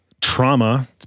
trauma